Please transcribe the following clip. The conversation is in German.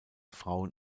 frauen